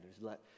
let